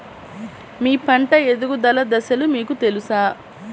మీ పంట ఎదుగుదల దశలు మీకు తెలుసా?